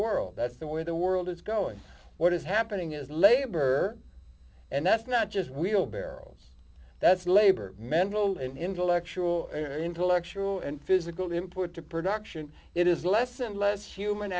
world that's the way the world is going what is happening is labor and that's not just wheelbarrows that's labor mental intellectual intellectual and physical import to production it is less and less human